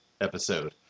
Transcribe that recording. episode